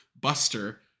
Buster